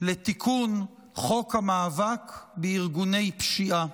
לתיקון חוק המאבק בארגוני פשיעה,